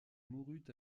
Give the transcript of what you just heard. mourut